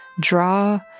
draw